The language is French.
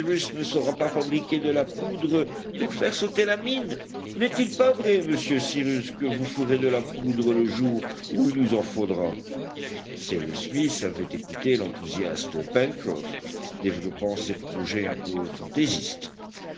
ne saura pas fabriquer de la poudre pour faire sauter la mine n'est-il pas vrai monsieur cyrus que vous ferez de la poudre le jour où il nous en faudra cyrus smith avait écouté l'enthousiaste pencroff développant ses projets un peu fantaisistes